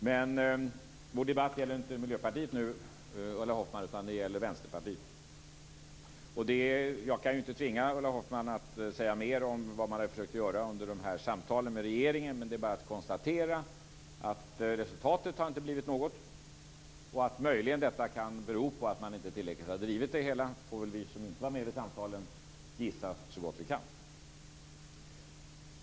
Men vår debatt gäller inte Miljöpartiet, Ulla Jag kan inte tvinga Ulla Hoffmann att säga mer om vad man har försökt göra under samtalen med regeringen, men det är bara att konstatera att det inte har blivit något resultat och att det möjligen kan bero på att man inte har drivit frågan tillräckligt. Vi som inte var med vid samtalen får gissa så gott vi kan.